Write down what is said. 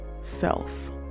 self